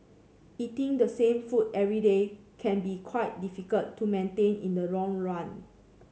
eating the same food every day can be quite difficult to maintain in the long run